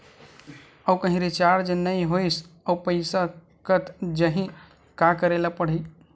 आऊ कहीं रिचार्ज नई होइस आऊ पईसा कत जहीं का करेला पढाही?